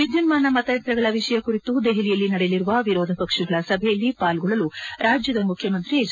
ವಿದ್ಯುನ್ಮಾನ ಮತಯಂತ್ರಗಳ ವಿಷಯ ಕುರಿತು ದೆಹಲಿಯಲ್ಲಿ ನಡೆಯಲಿರುವ ವಿರೋಧ ಪಕ್ಷಗಳ ಸಭೆಯಲ್ಲಿ ಪಾಲ್ಗೊಳ್ಳಲು ರಾಜ್ಯದ ಮುಖ್ಯಮಂತ್ರಿ ಎಚ್